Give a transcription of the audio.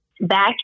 back